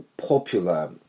Popular